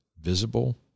visible